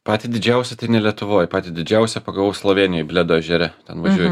patį didžiausią lietuvoj patį didžiausią pagavau slovėnijoj bledo ežere ten važiuoju